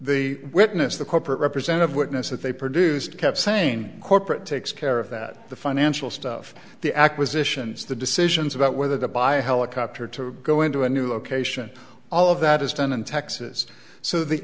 the witness the corporate represent of witness that they produced kept sane corporate takes care of that the financial stuff the acquisitions the decisions about whether the buy a helicopter to go into a new location all of that is done in texas so the